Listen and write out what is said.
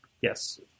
Yes